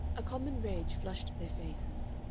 a common rage flushed their faces.